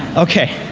okay,